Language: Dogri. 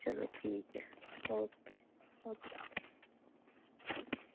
चलो ठीक ऐ ओके ओके ओके ओके